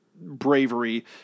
bravery